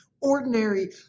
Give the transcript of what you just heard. ordinary